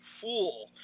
fool